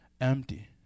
empty